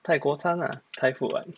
泰国餐 lah thai food [what]